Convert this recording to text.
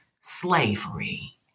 slavery